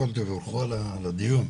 תודה רבה.